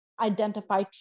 identify